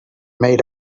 made